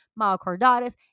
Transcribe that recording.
myocarditis